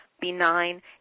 benign